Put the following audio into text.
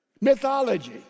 Mythology